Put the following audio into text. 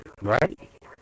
Right